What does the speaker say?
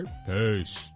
Peace